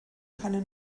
keine